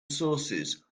sources